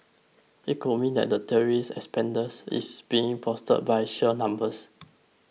it could mean that the tourist is being bolstered by sheer numbers